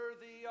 worthy